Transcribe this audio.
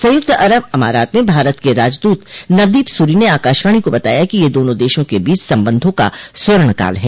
संयुक्त अरब अमारात में भारत के राजदूत नवदीप सूरी ने आकाशवाणी को बताया कि यह दोनों देशों के बीच संबंधों का स्वर्ण काल है